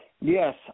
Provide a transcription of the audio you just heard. Yes